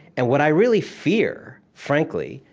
and what i really fear, frankly,